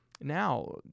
Now